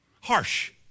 harsh